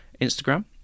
Instagram